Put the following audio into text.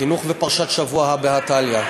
חינוך ופרשת שבוע, הא בהא תליא.